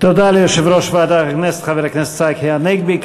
תודה ליושב-ראש ועדת הכנסת, חבר הכנסת צחי הנגבי.